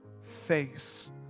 face